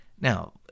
Now